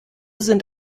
sind